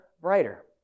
brighter